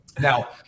now